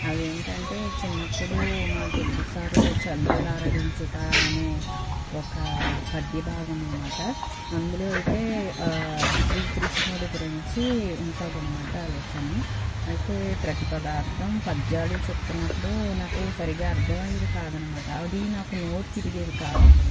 అవెంటంటే చిన్నప్పుడు మా తెలుగు సారు చందుల ఆరడించుట అని ఒక పద్యభాగం అన్నమాట అందులో అయితే శ్రీకృష్ణుడు గురించి ఉంటుదన్నమాట ఆ లేసను అయితే ప్రతిపదార్థం పద్యాలు చెప్తున్నప్పుడు నాకు సరిగ్గా అర్థం అయ్యేది కాదన్నమాట అది నాకు నోరు తిరిగేది కాదు